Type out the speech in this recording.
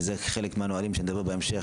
וזה חלק מהנהלים שנדבר עליהם בהמשך,